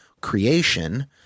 creation